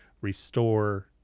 restore